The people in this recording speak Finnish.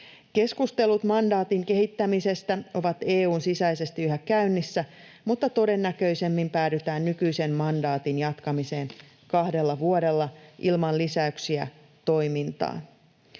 Keskustelut mandaatin kehittämisestä ovat EU:n sisäisesti yhä käynnissä, mutta todennäköisemmin päädytään nykyisen mandaatin jatkamiseen kahdella vuodella ilman lisäyksiä toimintaan.